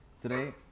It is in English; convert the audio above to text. Today